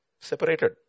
separated